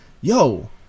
yo